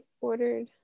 ordered